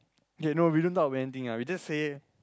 okay no we don't talk about anything ah we just say